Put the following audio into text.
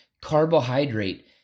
carbohydrate